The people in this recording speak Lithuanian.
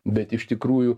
bet iš tikrųjų